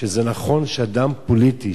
שזה נכון שאדם פוליטי,